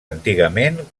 antigament